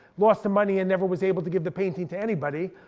lost the money, and never was able to give the painting to anybody.